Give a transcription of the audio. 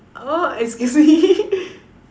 oh excuse me